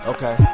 Okay